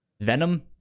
Venom